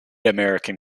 american